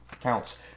counts